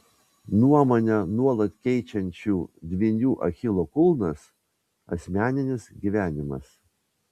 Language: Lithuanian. nuomonę nuolat keičiančių dvynių achilo kulnas asmeninis gyvenimas